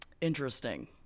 Interesting